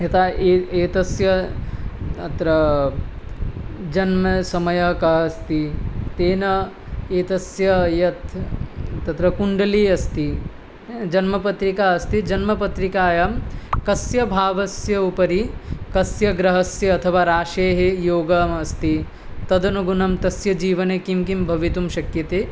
यथा ए एतस्य अत्र जन्मसमयः कः अस्ति तेन एतस्य यत् तत्र कुण्डली अस्ति जन्मपत्रिका अस्ति जन्मपत्रिकायां कस्य भावस्य उपरि कस्य ग्रहस्य अथवा राशेः योगः अस्ति तदनुगुणं तस्य जीवने किं किं भवितुं शक्यते